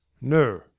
no